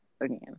again